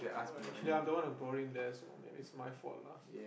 oh-my-god actually I'm the one who brought him there so maybe it's my fault lah